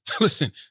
listen